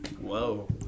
Whoa